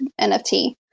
NFT